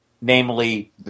namely